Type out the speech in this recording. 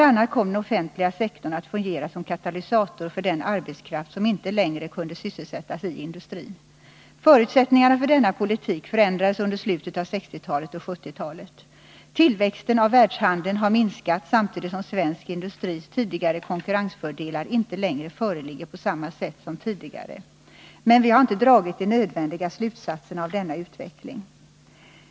a. kom den offentliga sektorn att fungera som katalysator för den arbetskraft som inte längre kunde sysselsättas i industrin. Förutsättningarna för denna politik förändrades under slutet av 1960-talet och 1970-talet. Tillväxten av världshandeln har minskat samtidigt som svensk industris tidigare konkurrensfördelar inte längre föreligger på samma sätt som förut. Men vi har inte dragit de nödvändiga slutsatserna av denna utveckling.